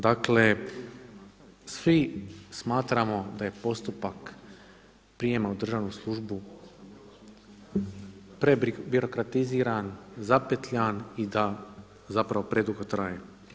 Dakle, svi smatramo da je postupak prijema u državnu službu prebirokratiziran, zapetljan i zapravo predugo traje.